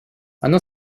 оно